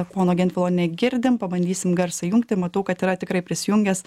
pono gentvilo negirdim pabandysim garsą įjungti matau kad yra tikrai prisijungęs